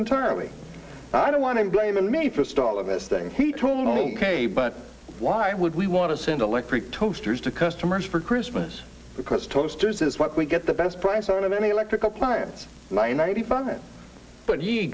internally i don't want to blame me for a stall of this thing he told me ok but why would we want to send electric toasters to customers for christmas because toasters is what we get the best price on any electrical appliance ninety five but he